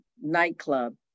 nightclub